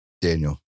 Daniel